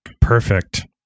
perfect